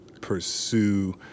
pursue